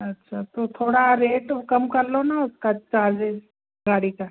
अच्छा तो थोड़ा रेट कम कर लो ना उसका चार्जेज़ गाड़ी का